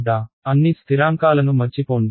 c అన్ని స్థిరాంకాలను మర్చిపోండి